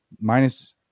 Minus